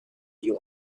deal